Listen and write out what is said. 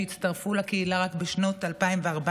שהצטרפו לקהילה רק בשנת 2014,